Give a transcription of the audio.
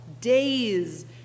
days